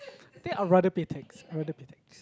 think i'll rather pay tax i'll rather pay tax